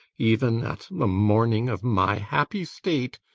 even at the morning of my happy state,